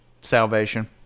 salvation